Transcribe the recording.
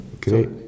great